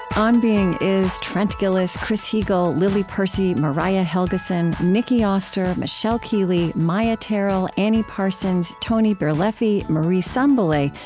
on being is trent gilliss, chris heagle, lily percy, mariah helgeson, nicki oster, michelle keeley, maia tarrell, annie parsons, tony birleffi, marie sambilay,